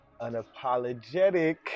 unapologetic